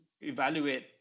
evaluate